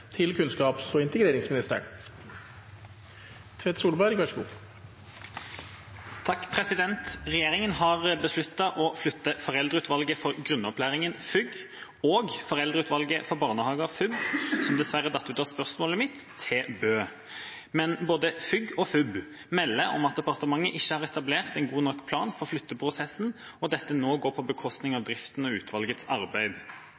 til å være en av hovedstolpene i det arbeidet. «Regjeringen har besluttet å flytte Foreldreutvalget for grunnopplæringen, FUG» – og Foreldreutvalget for barnehager, FUB, som dessverre falt ut av mitt spørsmål – «til Bø, men FUG» – og FUB – «melder om at departementet ikke har etablert en god plan for flytteprosessen, og at dette nå går på bekostning av driften og utvalgets arbeid.»